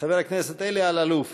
חבר הכנסת אלי אלאלוף